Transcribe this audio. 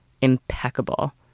impeccable